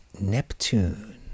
Neptune